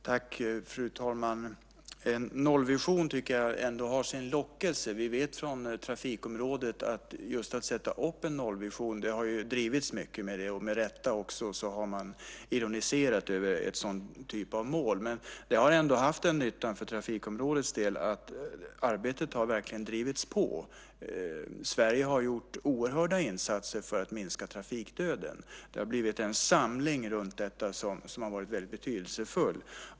Fru talman! En nollvision tycker jag ändå har sin lockelse. Det har drivits mycket med det. Med rätta har man också ironiserat över en sådan typ av mål. Men vi vet från trafikområdet att just att man satt upp en nollvision har haft den nyttan för trafikområdets del att arbetet verkligen har drivits på. Sverige har gjort oerhörda insatser för att minska trafikdöden. Det har blivit en samling runt detta som har varit väldigt betydelsefull.